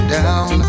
down